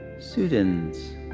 Students